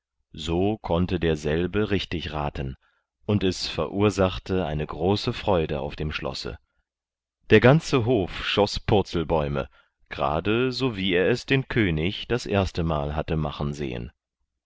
so konnte derselbe richtig raten und es verursachte eine große freude auf dem schlosse der ganze hof schoß purzelbäume gerade so wie er es den könig das erste mal hatte machen sehen